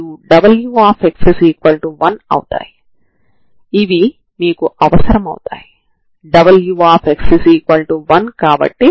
వాటి మొత్తం u2ξξ0 మరియు వాటి వ్యత్యాసం u2ξξ0 అవుతుంది